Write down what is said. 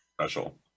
special